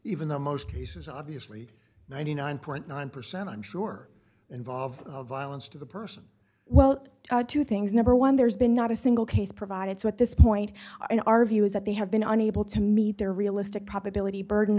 even though most cases obviously ninety nine point nine percent i'm sure involve violence to the person well two things number one there's been not a single case provided so at this point in our view is that they have been unable to meet their realistic probability burden